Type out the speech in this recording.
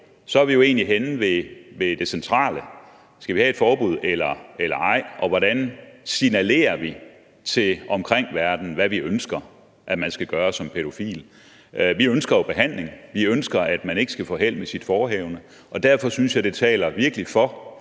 er vi jo egentlig henne ved det centrale: Skal vi have et forbud eller ej? Og hvordan signalerer vi til den omkringliggende verden, hvad vi ønsker man skal gøre som pædofil? Vi ønsker jo behandling. Vi ønsker, at man ikke skal få held med sit forehavende. Derfor synes jeg virkelig,